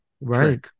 Right